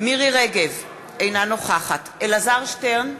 מירי רגב, אינה נוכחת אלעזר שטרן,